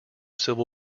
civil